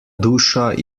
duša